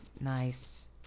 Nice